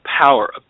power